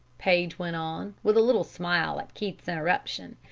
paige went on, with a little smile at keith's interruption,